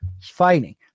fighting